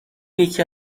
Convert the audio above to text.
یکی